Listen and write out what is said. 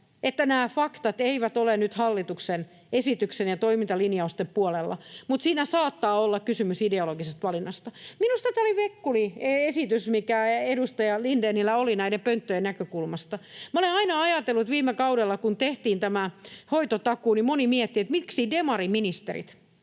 että nämä faktat eivät ole nyt hallituksen esityksen ja toimintalinjausten puolella, mutta siinä saattaa olla kysymys ideologisesta valinnasta. Minusta tämä oli vekkuli esitys, mikä edustaja Lindénillä oli näiden pönttöjen näkökulmasta. Minä olen aina ajatellut, että viime kaudella, kun tehtiin tämä hoitotakuu, moni mietti, miksi demariministerit,